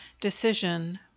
decision